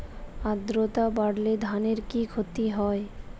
আদ্রর্তা বাড়লে ধানের কি ক্ষতি হয়?